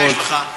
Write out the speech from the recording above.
מה יש לך?